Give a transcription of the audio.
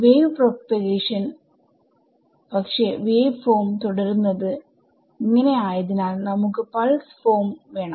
wave propagation പക്ഷെ wave form തുടരുന്നത് ആയതിനാൽ നമുക്ക് പൾസ്ഡ് ഫോം വേണം